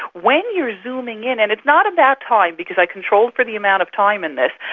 when you are zooming in, and it's not about time because i controlled for the amount of time in this,